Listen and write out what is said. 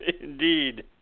Indeed